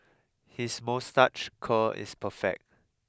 his moustache curl is perfect